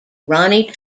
ronnie